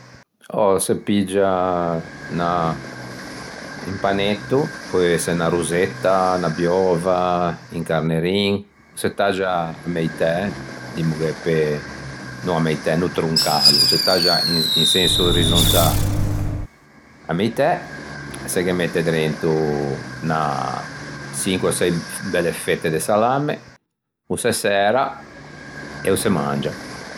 Oh se piggia unna un panetto peu ëse unna rosetta, unna biöva, un carnerin, o se taggia à meitæ, dimmoghe, no à meitæ no troncâlo, se taggia in senso orizzontâ, se ghe mette drento unna çinque o sëi belle fette de salamme, o se særa e o se mangia.